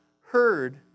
heard